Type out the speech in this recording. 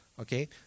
Okay